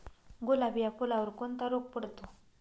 गुलाब या फुलावर कोणता रोग पडतो?